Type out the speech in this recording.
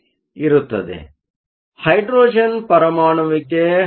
ಆದ್ದರಿಂದ ಹೈಡ್ರೋಜನ್ ಪರಮಾಣುವಿಗೆ 13